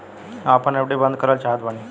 हम आपन एफ.डी बंद करल चाहत बानी